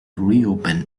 reopen